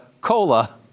Cola